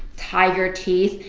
tiger teeth,